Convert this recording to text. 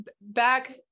back